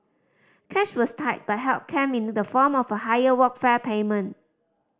cash was tight but help came in the form of a higher Workfare payment